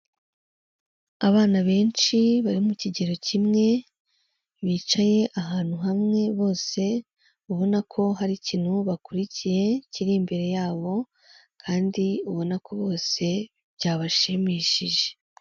Abana benshi bari mu kigero kimwe, bicaye ahantu hamwe bose, ubona ko hari ikintu bakurikiye kiri imbere yabo kandi ubona ko bose byabashimishije.